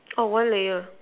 oh one layer